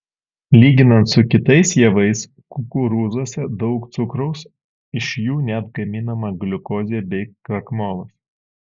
lyginant su kitais javais kukurūzuose daug cukraus iš jų net gaminama gliukozė bei krakmolas